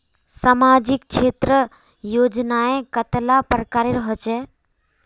सामाजिक क्षेत्र योजनाएँ कतेला प्रकारेर होचे?